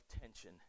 tension